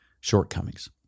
shortcomings